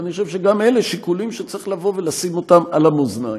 ואני חושב שגם אלה שיקולים שצריך לשים אותם על המאזניים.